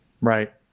Right